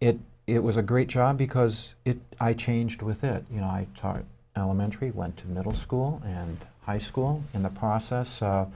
it it was a great job because it i changed with it you know i taught elementary went to middle school and high school in the process